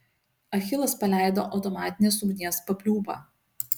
achilas paleido automatinės ugnies papliūpą